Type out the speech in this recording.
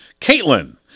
Caitlin